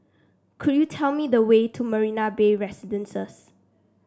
could you tell me the way to Marina Bay Residences